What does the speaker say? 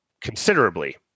considerably